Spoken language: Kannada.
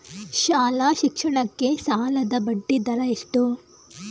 ಶಾಲಾ ಶಿಕ್ಷಣಕ್ಕೆ ಸಾಲದ ಬಡ್ಡಿದರ ಎಷ್ಟು?